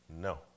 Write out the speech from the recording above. No